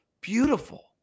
beautiful